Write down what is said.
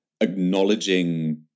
acknowledging